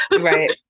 Right